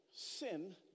Sin